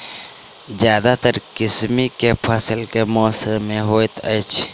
ज्यादातर किसिम केँ फसल केँ मौसम मे होइत अछि?